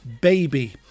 Baby